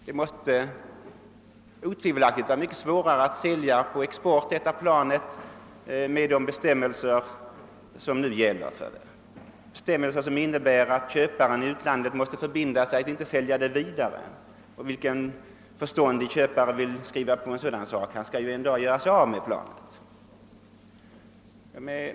Det måste otvivelaktigt vara mycket svårare att sälja dessa flygplan på export med de bestämmelser som nu gäller, vilka innebär att köpare i utlandet måste förbinda sig att inte sälja dem vidare. Vilken förståndig köpare vill skriva på en sådan förbindelse? Vederbörande skall ju en dag göra sig av med planet.